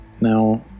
Now